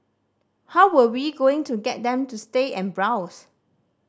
how were we going to get them to stay and browse